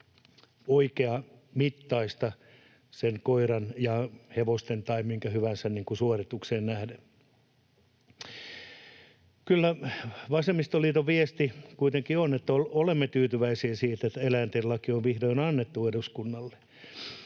oikeamittaista sen koiran, hevosen tai minkä hyvänsä suoritukseen nähden. Kyllä vasemmistoliiton viesti kuitenkin on, että olemme tyytyväisiä siitä, että eläinten laki on vihdoin annettu eduskunnalle.